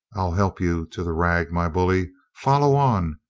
i'll help you to the rag, my bully. follow on,